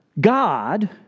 God